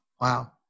Wow